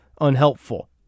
unhelpful